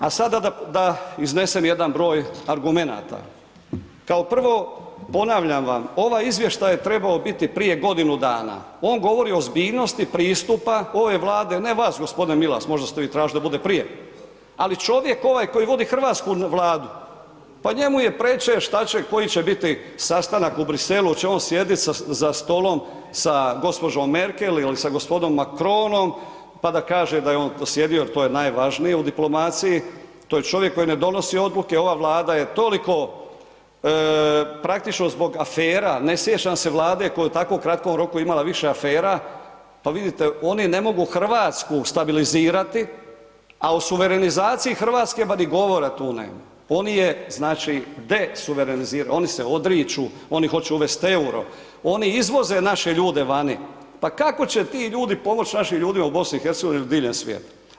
Dakle, a sada da iznesem jedan broj argumenata, kao prvo, ponavljam vam, ovaj izvještaj je trebao biti prije godinu dana, on govori o ozbiljnosti pristupa ove Vlade, ne vas g. Milas, možda ste vi tražili da bude prije, ali čovjek ovaj koji vodi hrvatsku Vladu, pa njemu je preče, šta će, koji će biti sastanak u Briselu, hoće li on sjediti za stolom sa gđom. Merkel ili sa g. Macronom, pa da kaže da je on sjedio, to je najvažnije u diplomaciji, to je čovjek koji ne donosi odluke, ova Vlada je toliko, praktično zbog afera, ne sjećam se Vlade koja je u tako u kratkom roku imala više afera, pa vidite, oni ne mogu RH stabilizirati, a o suverenizaciji RH ma ni govora tu nema, oni je, znači, desuvereniziraju, oni se odriču, oni hoće uvesti EUR-o, oni izvoze naše ljude vani, pa kako će ti ljudi pomoć našim ljudima u BiH ili diljem svijeta?